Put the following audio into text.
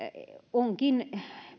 onkin